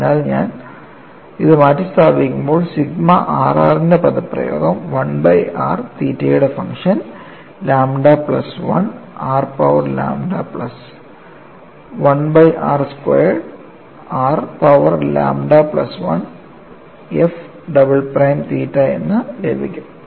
അതിനാൽ ഞാൻ ഇത് മാറ്റിസ്ഥാപിക്കുമ്പോൾ സിഗ്മ rr ൻറെ പദപ്രയോഗം 1 ബൈ r തീറ്റയുടെ function lambda plus 1 r power lambda plus 1 by r squared r power lambda plus 1 f double prime theta എന്ന് ലഭിക്കും